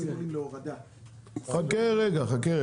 אופק להסדרה סטטוטורית.